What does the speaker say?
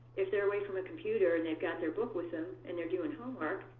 if they're away from a computer, and they've got their book with them, and they're doing homework,